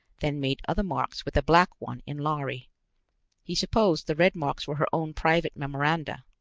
then made other marks with the black one in lhari he supposed the red marks were her own private memoranda,